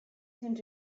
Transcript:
seemed